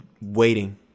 waiting